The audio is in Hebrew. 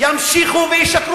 ימשיכו וישקרו?